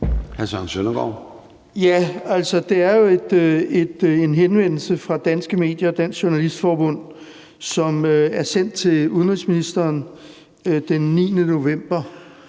(EL): Det er jo en henvendelse fra Danske Medier og Dansk Journalistforbund, som er sendt til udenrigsministeren den 9. november,